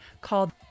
called